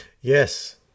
yes